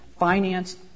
finance